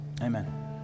Amen